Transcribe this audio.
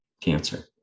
cancer